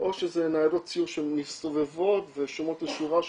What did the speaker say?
או שזה ניידות סיור שמסתובבות ושומעות איזה שהוא רעש